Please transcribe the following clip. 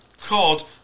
called